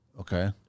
Okay